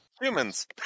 Humans